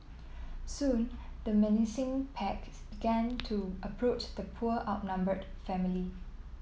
soon the menacing packs began to approach the poor outnumbered family